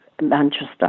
Manchester